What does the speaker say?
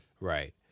Right